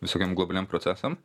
visokiem globaliem procesam